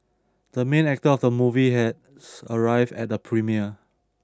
the main actor of the movie has arrived at the premiere